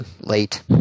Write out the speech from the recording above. late